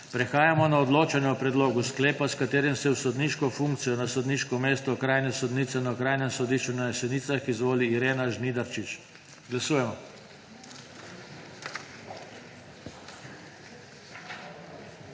Prehajamo na odločanje o predlogu sklepa, s katerim se v sodniško funkcijo na sodniško mesto okrajne sodnice na Okrajnem sodišču v Trbovljah izvoli Sabina Kastelic Peršin. Glasujemo.